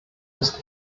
ist